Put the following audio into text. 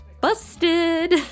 Busted